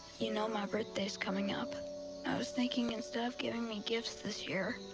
you know, my birthday's coming up, and i was thinking, instead of giving me gifts this year,